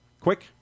Quick